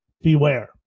beware